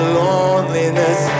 loneliness